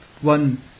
one